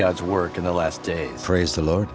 god's work in the last days praise the lord